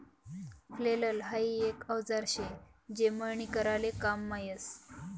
flail हाई एक औजार शे जे मळणी कराले काममा यस